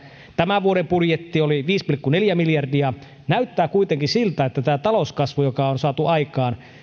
tämän vuoden budjetissa oli viisi pilkku neljä miljardia näyttää kuitenkin siltä että tämä talouskasvu joka on saatu aikaan